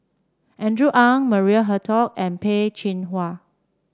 Andrew Ang Maria Hertogh and Peh Chin Hua